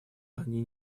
они